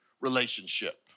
relationship